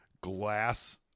glass